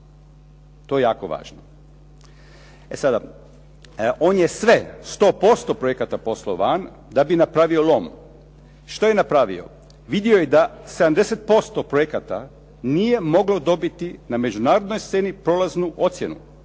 To je jako važno. E sada, on je sve sto posto projekata poslao van da bi napravio lom. Što je napravio? Vidio je da 70% projekata nije moglo dobiti na međunarodnoj sceni prolaznu ocjenu.